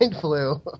flu